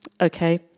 Okay